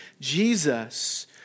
Jesus